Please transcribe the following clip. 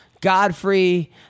Godfrey